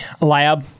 Lab